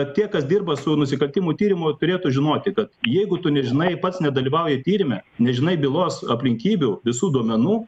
tie kas dirba su nusikaltimų tyrimu turėtų žinoti kad jeigu tu nežinai pats nedalyvauji tyrime nežinai bylos aplinkybių visų duomenų